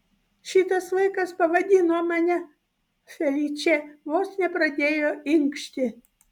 šitas vaikas pavadino mane feličė vos nepradėjo inkšti